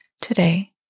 today